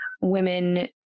women